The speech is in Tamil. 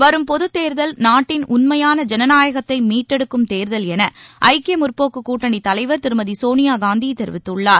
வரும் பொதுத்தேர்தல் நாட்டின் உண்மையான ஜனநாயகத்தை மீட்டெடுக்கும் தேர்தல் என ஐக்கிய முற்போக்கு கூட்டணி தலைவர் திருமதி சோனியா காந்தி தெரிவித்துள்ளார்